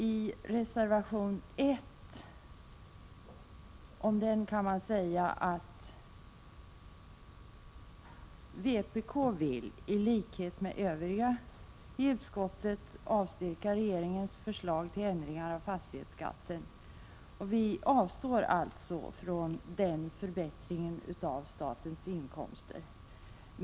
Av reservation 1 framgår att vpk, i likhet med övriga partier i utskottet, vill avslå regeringens förslag till ändringar i fastighetsskatten. Vi avstår alltså från den förbättringen av statens inkomster.